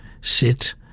Sit